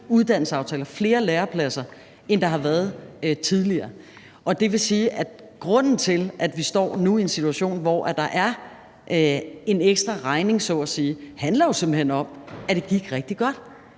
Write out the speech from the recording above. uddannelsesaftaler, flere lærepladser, end der har været tidligere. Og det vil sige, at grunden til, at vi nu står i en situation, hvor der er en ekstra regning så at sige, simpelt hen er, at det gik rigtig godt.